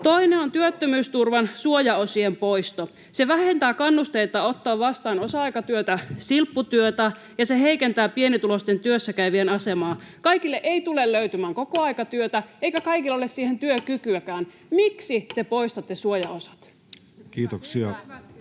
Toinen on työttömyysturvan suojaosien poisto. Se vähentää kannusteita ottaa vastaan osa-aikatyötä, silpputyötä, ja se heikentää pienituloisten työssäkäyvien asemaa. Kaikille ei tule löytymään kokoaikatyötä, eikä kaikilla ole siihen työkykyäkään. Miksi te poistatte suojaosat? [Speech